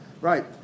Right